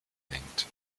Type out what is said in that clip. gedenkt